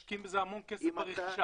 משקיעים בזה המון כסף ברכישה.